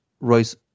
Royce